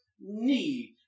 need